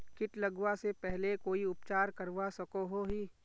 किट लगवा से पहले कोई उपचार करवा सकोहो ही?